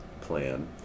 plan